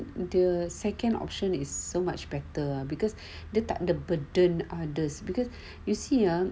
the second option is so much better because dia tak ada burden others because you see ah